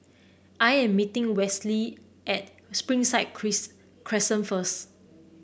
I am meeting Westley at Springside Crescent first